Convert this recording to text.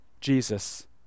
Jesus